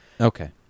okay